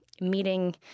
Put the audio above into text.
meeting